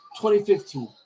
2015